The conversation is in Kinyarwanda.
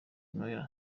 nayo